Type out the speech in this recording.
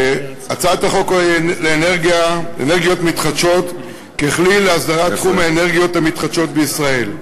הצעת החוק לאנרגיות מתחדשות ככלי להסדרת תחום האנרגיות המתחדשות בישראל,